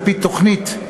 על-פי תוכנית,